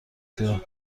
دار